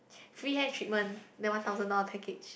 free hair treatment the one thousand dollar package